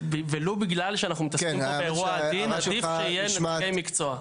ולו בגלל שאנחנו מתעסקים פה באירוע עדין עדיף שיהיה נציגי מקצוע.